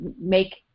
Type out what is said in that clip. make